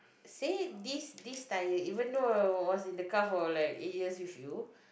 say this this tire even though I was in the car for like eight years with you